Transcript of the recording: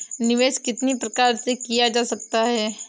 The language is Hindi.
निवेश कितनी प्रकार से किया जा सकता है?